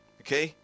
okay